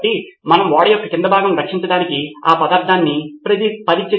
కాబట్టి ఇది వారు చేయవలసిన అదనపు కార్యాచరణ మరియు ఈ కార్యాచరణ చేసినందుకు విద్యార్థికి ఎలాంటి ప్రతిఫలం లేదు